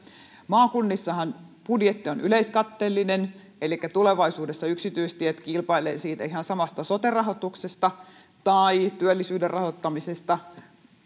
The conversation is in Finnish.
maakunnissahan budjetti on yleiskatteellinen elikkä tulevaisuudessa yksityistiet kilpailevat siitä ihan samasta sote rahoituksesta tai työllisyyden rahoittamisesta